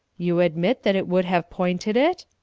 you admit that it would have pointed it?